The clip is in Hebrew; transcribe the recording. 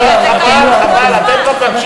לא, אתם לא.